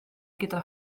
gyda